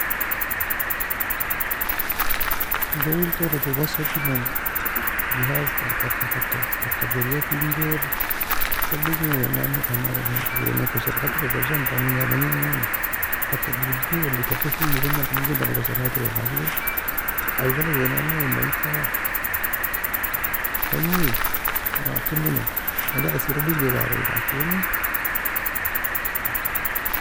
جو elton رطوبة soki enan, جهاز sedigmo taka taka taka geriafien غير sedigmo wae nan ne ena wae eka sherhatireka. Hosan ta menga bagniekan goni taka erbaie leka fehimosaie enbata, ممكن ter eiga sharhatre لكن ayie galagae nan ne en bangid ta bangi kemo en اسئلة diegidae dari لكن